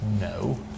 no